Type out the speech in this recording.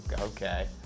Okay